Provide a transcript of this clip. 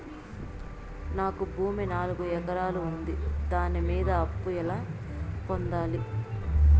నాకు భూమి నాలుగు ఎకరాలు ఉంది దాని మీద అప్పు ఎలా పొందాలి?